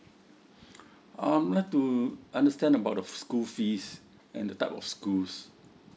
um I like to understand about the school fees and the type of schools